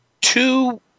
two